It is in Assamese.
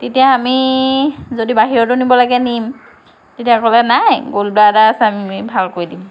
তেতিয়া আমি যদি বাহিৰলৈ নিব লাগে নিম তেতিয়া ক'লে নাই গল ব্লাডাৰ আছে আমি ভাল কৰি দিম